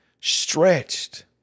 stretched